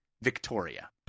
Victoria